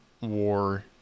war